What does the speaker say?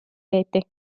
peeti